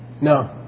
No